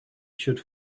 should